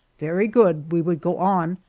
very good we would go on,